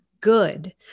good